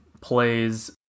plays